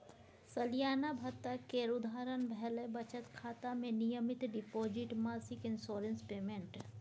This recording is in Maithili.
सलियाना भत्ता केर उदाहरण भेलै बचत खाता मे नियमित डिपोजिट, मासिक इंश्योरेंस पेमेंट